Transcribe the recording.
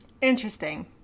Interesting